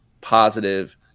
positive